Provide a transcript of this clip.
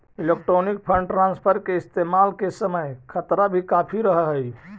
electronic fund transfer के इस्तेमाल के समय खतरा भी काफी रहअ हई